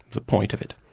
the point of it.